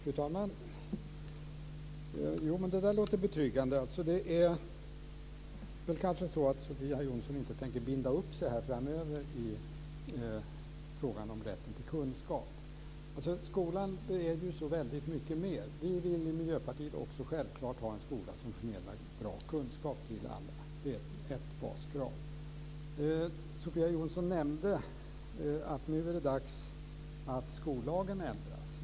Fru talman! Det låter betryggande, men Sofia Jonsson tänker kanske inte binda upp sig framöver kring frågan om rätten till kunskap. Skolan är ju så väldigt mycket mer. Vi i Miljöpartiet vill självklart också ha en skola som förmedlar bra kunskaper till alla. Det är ett baskrav. Sofia Jonsson nämnde att det nu är dags att skollagen ändras.